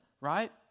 Right